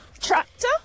Tractor